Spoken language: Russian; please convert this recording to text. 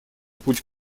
путь